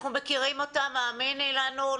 אנחנו מכירים אותם, האמיני לנו.